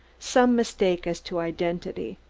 some mistake as to identity.